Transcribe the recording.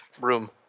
room